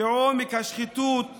כעומק השחיתות